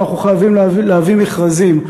אנחנו חייבים להביא מכרזים.